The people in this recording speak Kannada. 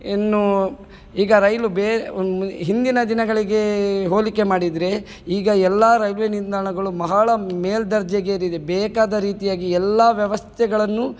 ಇನ್ನೂ ಈಗ ರೈಲು ಹಿಂದಿನ ದಿನಗಳಿಗೆ ಹೋಲಿಕೆ ಮಾಡಿದರೆ ಈಗ ಎಲ್ಲ ರೈಲ್ವೆ ನಿಲ್ದಾಣಗಳು ಬಹಳ ಮೇಲ್ದರ್ಜೆಗೇರಿದೆ ಬೇಕಾದ ರೀತಿಯಾಗಿ ಎಲ್ಲ ವ್ಯವಸ್ಥೆಗಳನ್ನು